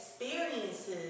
experiences